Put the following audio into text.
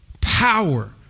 power